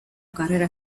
carrera